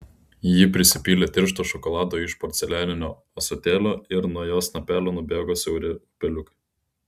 ji prisipylė tiršto šokolado iš porcelianinio ąsotėlio ir nuo jo snapelio nubėgo siauri upeliukai